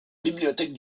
bibliothèque